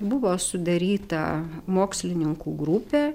buvo sudaryta mokslininkų grupė